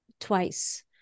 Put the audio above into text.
twice